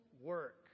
work